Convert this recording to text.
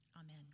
Amen